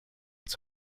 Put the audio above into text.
its